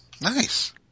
Nice